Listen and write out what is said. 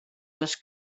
les